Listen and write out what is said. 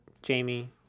Jamie